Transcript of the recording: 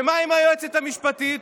ומה עם היועצת המשפטית?